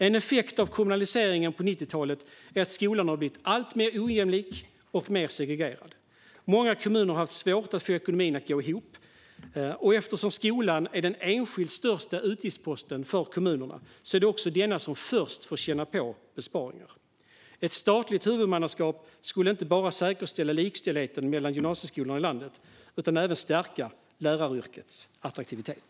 En effekt av kommunaliseringen på 90-talet är att skolan blivit alltmer ojämlik och segregerad. Många kommuner har svårt att få ekonomin att gå ihop, och eftersom skolan är den enskilt största utgiftsposten för kommunerna är det också den som först känner av besparingar. Ett statligt huvudmannaskap skulle inte bara säkerställa likställigheten mellan gymnasieskolorna i landet utan även stärka läraryrkets attraktivitet.